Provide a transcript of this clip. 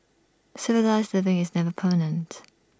civilised living is never permanent